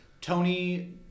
Tony